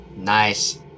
nice